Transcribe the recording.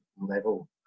level